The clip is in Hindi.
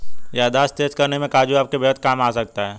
याददाश्त तेज करने में काजू आपके बेहद काम आ सकता है